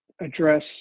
address